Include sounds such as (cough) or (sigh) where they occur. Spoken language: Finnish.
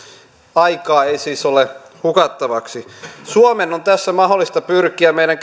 aikaa ei siis ole hukattavaksi suomen on tässä mahdollista meidän (unintelligible)